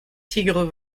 tigres